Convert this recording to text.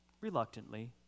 reluctantly